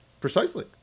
precisely